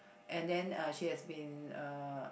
and then uh she has been uh